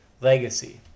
legacy